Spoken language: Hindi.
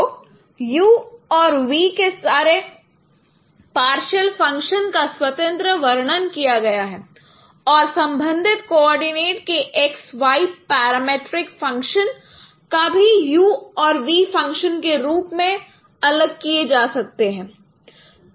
तो u और v के सारे पॉर्शल फंक्शन का स्वतंत्र वर्णन किया गया है और संबंधित कोऑर्डिनेट के x y पैरामेट्रिक फंक्शन का भी u और v फंक्शन के रूप में अलग किए जा सकते हैं